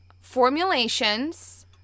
formulations